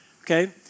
Okay